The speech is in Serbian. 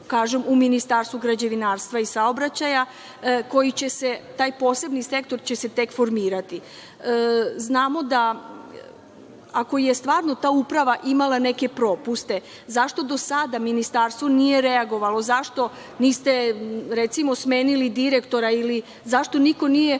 kažem, u Ministarstvu građevinarstva i saobraćaja. Taj posebni sektor će se tek formirati. Ako je stvarno ta uprava imala neke propuste, zašto do sada Ministarstvo nije reagovalo? Zašto niste, recimo, smenili direktora ili zašto niko nije